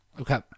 okay